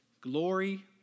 glory